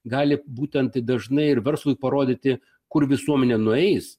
gali būtent dažnai ir verslui parodyti kur visuomenė nueis